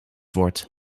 word